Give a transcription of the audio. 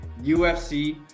UFC